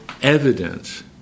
evidence